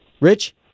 Rich